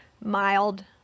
mild